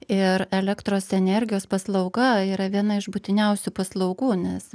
ir elektros energijos paslauga yra viena iš būtiniausių paslaugų nes